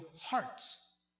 hearts